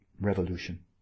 revolution